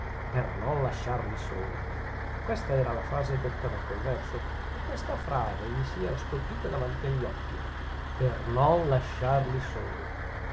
per non lasciarli soli questa era la frase detta dal converso e